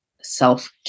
self